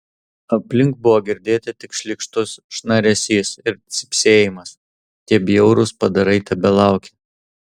aplink buvo girdėti tik šlykštus šnaresys ir cypsėjimas tie bjaurūs padarai tebelaukė